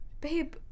Babe